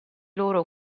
loro